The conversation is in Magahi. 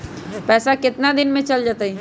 पैसा कितना दिन में चल जतई?